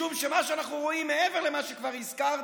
משום שמה שאנחנו רואים, מעבר למה שכבר הזכרתי,